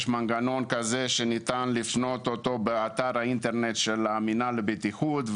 יש מנגנון כזה שניתן לפנות בו באתר האינטרנט של המינהל לבטיחות,